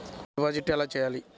Deposit ఎలా చెయ్యాలి?